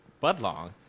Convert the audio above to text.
Budlong